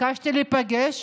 ביקשתי להיפגש,